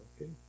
okay